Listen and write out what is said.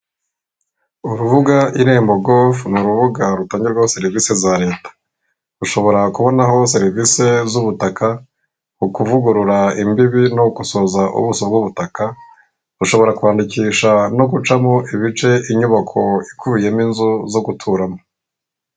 Urubuga irembo govu ni urubuga rutangirwaho serivisi za leta. Ushobora kubonaho serivisi z'ubutaka, ukuvugurura imbibi no gukosoza ubuso bw'ubutaka, ushobora kwandikisha no gucamo ibice inyubako ikubiyemo inzu zo guturamo.